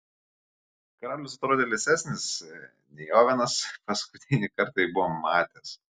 karalius atrodė liesesnis nei ovenas paskutinį kartą jį buvo matęs